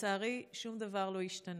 ולצערי, שום דבר לא השתנה.